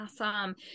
Awesome